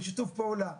בשיתוף פעולה,